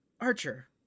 Archer